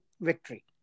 victory